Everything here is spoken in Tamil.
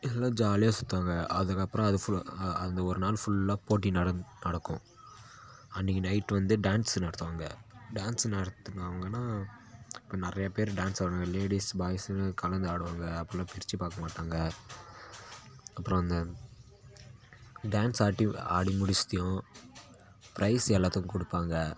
எல்லாம் ஜாலியாக சுத்துவாங்கள் அதுக்கப்புறம் அது ஃபு அந்த ஒரு நாள் ஃபுல்லா போட்டி நடந் நடக்கும் அன்னைக்கு நைட் வந்து டேன்ஸு நடத்துவாங்கள் டேன்ஸு நடத்துனாங்கன்னால் இப்போ நிறைய பேர் டேன்ஸ் ஆடுவாங்கள் லேடிஸ் பாய்ஸுன்னு கலந்து ஆடுவாங்கள் அப்பட்லாம் பிரிச்சு பார்க்க மாட்டாங்கள் அப்புறம் அந்த டேன்ஸ் ஆட்டி ஆடி முடிச்சிட்டயும் ப்ரைஸ் எல்லாத்துக்கும் கொடுப்பாங்க